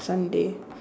Sunday